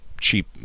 cheap